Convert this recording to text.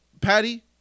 Patty